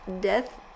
death